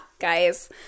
guys